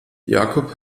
jakob